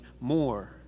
more